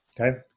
Okay